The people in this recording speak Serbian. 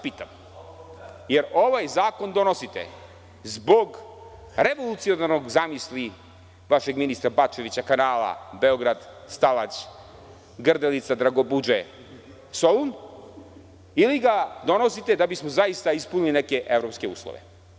Pitam vas, da li ovaj zakon donosite zbog revolucionarne zamisli vašeg ministra Bačevića kanala Beograd-Stalać-Grdelica-Dragobužde-Solun, ili ga donosite da bismo zaista ispunili neke evropske uslove?